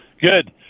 Good